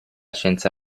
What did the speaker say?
scienza